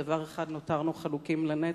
בדבר אחד נותרנו חלוקים לנצח,